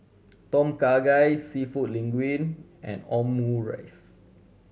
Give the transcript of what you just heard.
Tom Kha Gai Seafood Linguine and Omurice